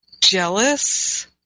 Jealous